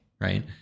right